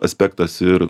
aspektas ir